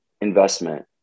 investment